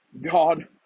God